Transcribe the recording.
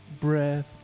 breath